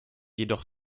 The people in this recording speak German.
jedoch